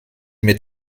mehr